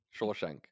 Shawshank